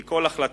כי כל החלטה,